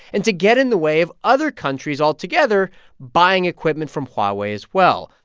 and to get in the way of other countries altogether buying equipment from huawei as well.